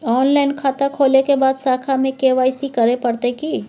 Online खाता खोलै के बाद शाखा में के.वाई.सी करे परतै की?